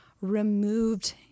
removed